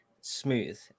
smooth